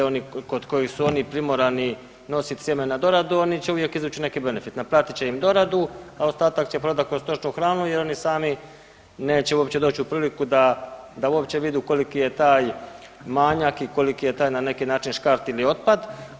Oni kod kojih su oni primorani nosit sjeme na doradu oni će uvijek izvući neki benefit, naplatit će im doradu, a ostatak će prodat kroz stočnu hranu jer oni sami neće doći u priliku da uopće vidu koliki je taj manjak ili koliki je taj na neki način škart ili otpad.